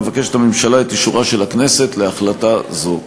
מבקשת הממשלה את אישורה של הכנסת להחלטה זו.